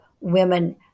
women